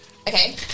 Okay